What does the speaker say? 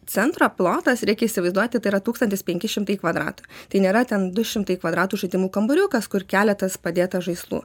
centro plotas reikia įsivaizduoti tai yra tūkstantis penki šimtai kvadratų tai nėra ten du šimtai kvadratų žaidimų kambariukas kur keletas padėta žaislų